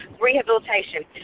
rehabilitation